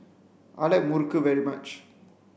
I like muruku very much